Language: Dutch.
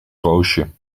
roosje